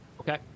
Okay